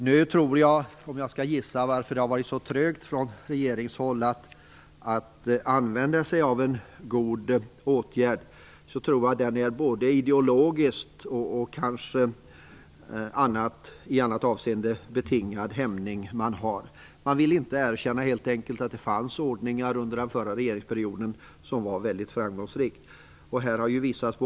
Nu tror jag, om jag skall gissa varför det har varit så trögt från regeringshåll att använda sig av en god åtgärd, att orsakerna är ideologiskt, och kanske också i andra avseenden, betingade hämningar som man har. Man vill helt enkelt inte erkänna att det fanns ordningar under den förra regeringsperioden som var framgångsrika.